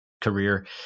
career